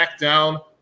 SmackDown